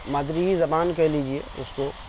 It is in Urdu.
مادری ہی زبان کہہ لیجیے اُس کو